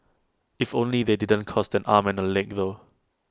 if only they didn't cost and arm and A leg though